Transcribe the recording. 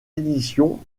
édition